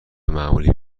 معمولی